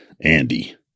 Andy